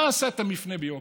מה עשה את המפנה ביקנעם?